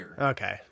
Okay